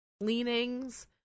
leanings